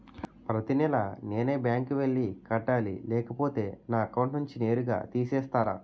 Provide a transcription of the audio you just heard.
ప్రతి నెల నేనే బ్యాంక్ కి వెళ్లి కట్టాలి లేకపోతే నా అకౌంట్ నుంచి నేరుగా తీసేస్తర?